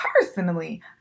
personally